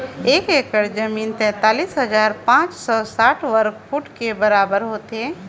एक एकड़ जमीन तैंतालीस हजार पांच सौ साठ वर्ग फुट के बराबर होथे